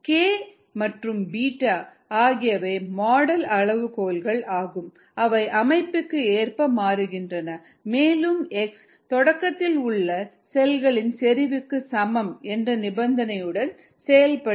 𝑟𝑥 𝑘𝑥1 − 𝛽𝑥 k மற்றும் beta ஆகியவை model அளவுகோல்கள் ஆகும் அவை அமைப்புக்கு ஏற்ப மாறுகின்றன மேலும் x தொடக்கத்தில் உள்ள செல்களின் செறிவுக்கு சமம் என்ற நிபந்தனையுடன் செல்கிறது